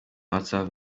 whatsapp